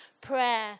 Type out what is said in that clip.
prayer